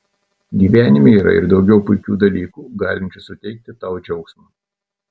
gyvenime yra ir daugiau puikių dalykų galinčių suteikti tau džiaugsmo